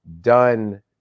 done